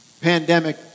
pandemic